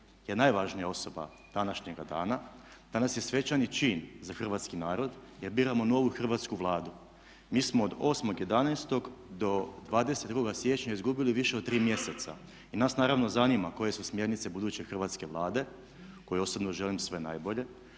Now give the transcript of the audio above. je najvažnija osoba današnjega dana, danas je svečani čin za hrvatski narod jer biramo novu Hrvatsku vladu, mi smo od 8.11. do 22.siječnja izgubili više od 3 mjeseca i nas naravno zanima koje su smjernice buduće Hrvatske vlade kojoj osobno želim sve najbolje.